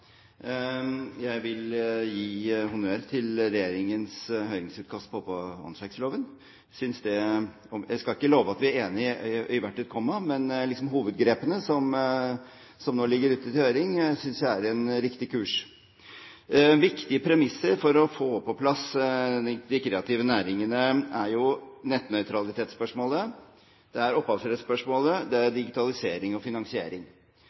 Jeg vil gi honnør til regjeringens høringsutkast i forbindelse med åndsverksloven. Jeg skal ikke love at vi er enige i hvert et komma, men hovedgrepene som nå ligger ute til høring, synes jeg er en riktig kurs. Viktige premisser for å få på plass de kreative næringene er nettnøytralitetsspørsmålet, det er opphavsrettsspørsmålet, og det er digitalisering og finansiering.